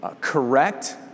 correct